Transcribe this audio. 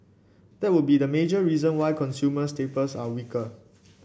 that would be the major reason why consumer staples are weaker